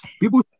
people